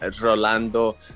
Rolando